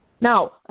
Now